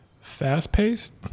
fast-paced